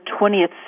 20th